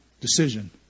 decision